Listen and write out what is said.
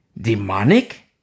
demonic